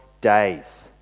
days